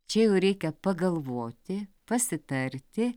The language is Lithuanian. čia jau reikia pagalvoti pasitarti